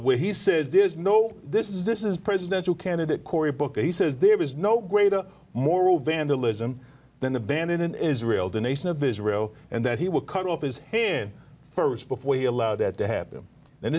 when he says this no this is this is presidential candidate cory booker he says there is no greater moral vandalism than the band in israel the nation of israel and that he will cut off his head first before he allowed that to happen and